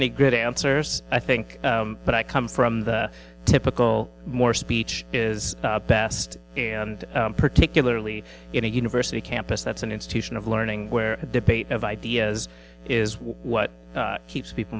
any good answers i think but i come from the typical more speech is best and particularly in a university campus that's an institution of learning where the debate of ideas is what keeps people